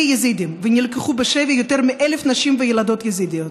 יזידים ונלקחו בשבי יותר מ-1,000 נשים וילדות יזידיות.